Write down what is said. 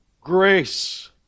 grace